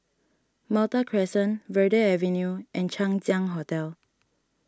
Malta Crescent Verde Avenue and Chang Ziang Hotel